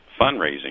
fundraising